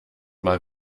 mal